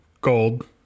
gold